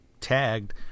tagged